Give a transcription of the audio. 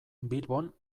bilbon